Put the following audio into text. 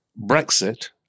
Brexit